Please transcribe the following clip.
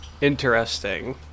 Interesting